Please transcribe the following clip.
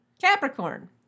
Capricorn